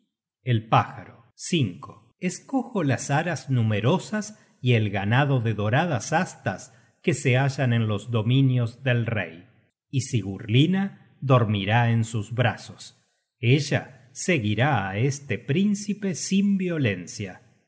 el pájaro escojo las aras numerosas y el ganado de doradas astas que se hallan en los dominios del rey y sigurlinna dormirá en sus brazos ella seguirá á este príncipe sin violencia